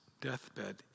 deathbed